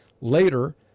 Later